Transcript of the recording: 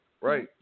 right